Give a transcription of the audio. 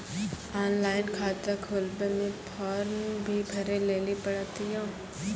Online खाता खोलवे मे फोर्म भी भरे लेली पड़त यो?